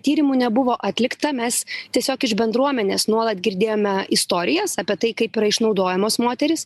tyrimų nebuvo atlikta mes tiesiog iš bendruomenės nuolat girdėjome istorijas apie tai kaip yra išnaudojamos moterys